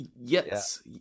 Yes